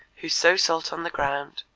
who sow salt on the ground,